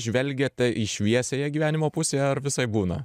žvelgiate į šviesiąją gyvenimo pusie ar visaip būna